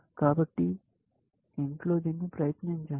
కాబట్టి ఇంట్లో దీన్ని ప్రయత్నించండి